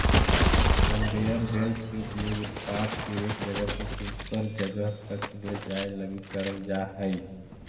conveyor belt के उपयोग उत्पाद के एक जगह से दूसर जगह तक ले जाए लगी करल जा हई